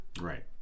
Right